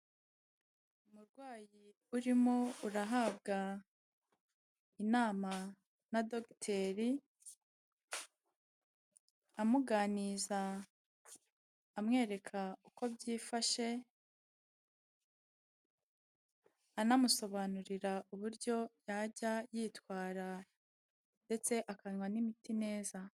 Umurwayi urimo urahabwa inama, na dogiteri, amuganiriza amwereka uko byifashe, anamusobanurira uburyo yajya yitwara, ndetse akanywa n'imiti neza.